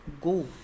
go